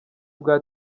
bwa